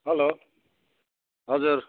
hello हजुर